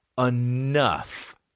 Enough